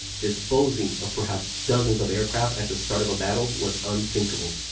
disposing of perhaps dozens of aircraft at the start of a battle was unthinkable.